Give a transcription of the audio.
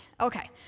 okay